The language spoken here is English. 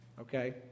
Okay